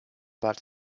but